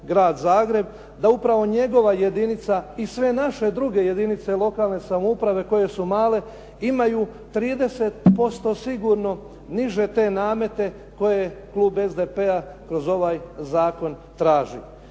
da upravo njegova jedinica i sve naše druge jedinice lokalne samouprave koje su male imaju 30% sigurno niže te namete koje klub SDP-a kroz ovaj zakon traži.